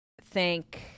thank